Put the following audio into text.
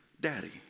Daddy